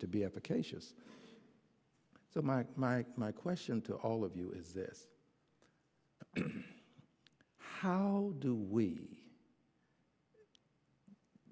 to be efficacious so my my my question to all of you is this how do we